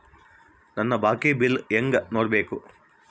ನನ್ನ ಬಾಕಿ ಬಿಲ್ ಹೆಂಗ ನೋಡ್ಬೇಕು?